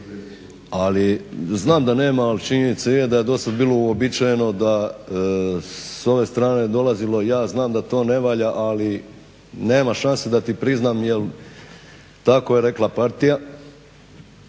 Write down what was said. ali znam da nema, ali činjenica je da je do sada bilo uobičajeno da je sa ove strane dolazilo ja znam da to ne valja ali nema šanse da ti priznam jer tako je rekla partija.